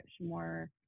more